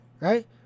right